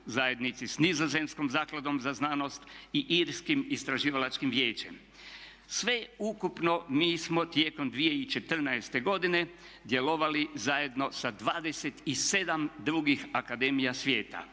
zajednici s Nizozemskom zakladom za znanosti i Irskim istraživalačkim vijećem. Sveukupno mi smo tijekom 2014.godine djelovali zajedno sa 27 drugih akademija svijeta.